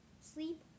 sleep